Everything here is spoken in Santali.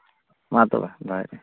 ᱢᱟ ᱢᱟ ᱛᱚᱵᱮ ᱫᱚᱦᱚᱭᱮᱫᱟᱹᱧ